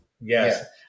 Yes